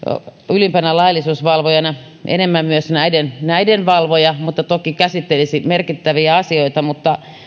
ylimpänä laillisuusvalvojana enemmän myös näiden näiden valvoja mutta toki käsittelisi merkittäviä asioita